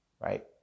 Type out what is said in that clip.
Right